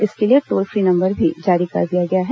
इसके लिए toll free number भी जारी कर दिया गया है